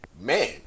man